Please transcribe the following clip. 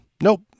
nope